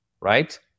right